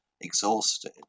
exhausted